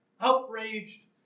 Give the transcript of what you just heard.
Outraged